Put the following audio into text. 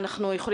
האם אפשר?